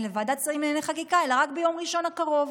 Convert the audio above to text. לוועדת שרים לענייני חקיקה אלא רק ביום ראשון הקרוב.